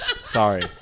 Sorry